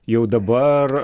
jau dabar